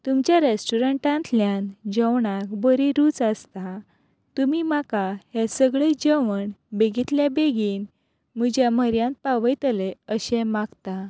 तुमच्या रेस्टोरंटांतल्या जेवणाक बरी रूच आसता तुमी म्हाका हे सगळे जेवण बेगीतल्या बेगीन म्हज्या म्हऱ्यांत पावयतले अशें मागता